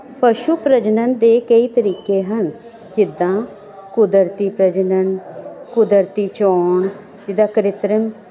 ਪਸ਼ੂ ਪ੍ਰਜਨਣ ਦੇ ਕਈ ਤਰੀਕੇ ਹਨ ਜਿੱਦਾਂ ਕੁਦਰਤੀ ਪ੍ਰਜਨਣ ਕੁਦਰਤੀ ਚੋਣ ਜਿੱਦਾਂ ਕ੍ਰਿਤਰਨ